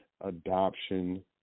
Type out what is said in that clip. adoption